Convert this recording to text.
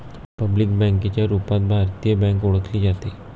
public बँकेच्या रूपात भारतीय बँक ओळखली जाते